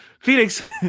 Phoenix